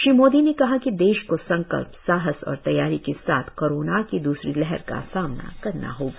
श्री मोदी ने कहा है कि देश को संकल्प साहस और तैयारी के साथ कोरोना की दूसरी लहर का सामना करना होगा